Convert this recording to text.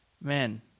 man